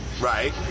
Right